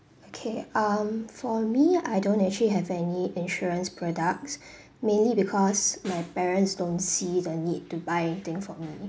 okay um for me I don't actually have any insurance products mainly because my parents don't see the need to buy anything for me